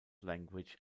language